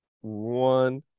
One